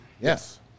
Yes